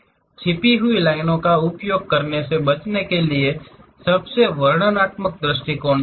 छिपी हुई लाइनों का उपयोग करने से बचने के लिए सबसे वर्णनात्मक दृष्टिकोण चुनें